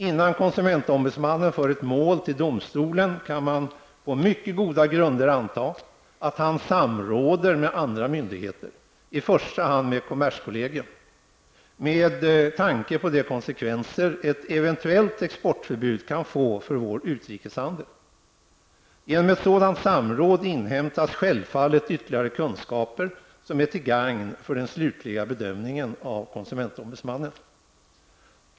Innan konsumentombudsmannen för ett mål till domstolen kan man på mycket goda grunder anta att han samråder med andra myndigheter, i första hand med kommerskollegium, med tanke på de konsekvenser ett eventuellt exportförbud kan få för vår utrikeshandel. Genom ett sådant samråd inhämtas självfallet ytterligare kunskaper som är till gagn för konsumentombudsmannens slutliga bedömning.